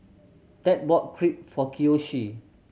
Ted bought Crepe for Kiyoshi